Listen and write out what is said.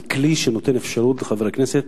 זה כלי שנותן אפשרות לחבר הכנסת